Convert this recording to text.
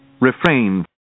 refrained